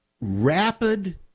rapid